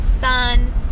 sun